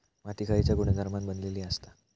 माती खयच्या गुणधर्मान बनलेली असता?